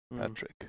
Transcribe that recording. Patrick